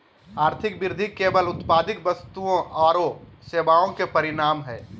आर्थिक वृद्धि केवल उत्पादित वस्तुओं औरो सेवाओं के परिमाण हइ